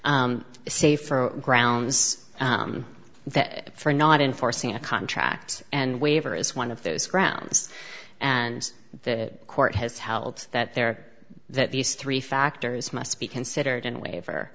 for grounds for not enforcing a contract and waiver is one of those grounds and the court has held that there that these three factors must be considered in waiver